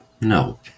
No